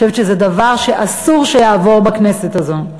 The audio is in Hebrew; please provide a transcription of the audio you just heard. אני חושבת שזה דבר שאסור שיעבור בכנסת הזאת.